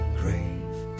grave